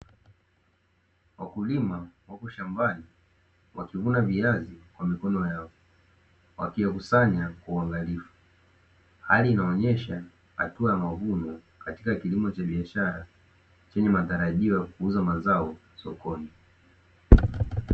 Wakulima wako shambani wakivuna viazi kwa mikono yao, wakiyakusanya kwa uangalifu hali inaonyesha hatua ya mavuno katika kilimo cha biashara, chenye matarajio ya kuuza mazao sokoni.